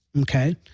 Okay